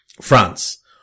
France